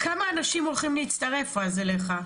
כמה אנשים הולכים להצטרף אז אליך?